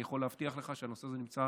אני יכול להבטיח לך שהנושא הזה נמצא